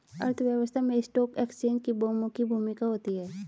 अर्थव्यवस्था में stock exchange की बहुमुखी भूमिका होती है